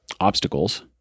obstacles